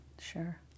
Sure